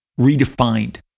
redefined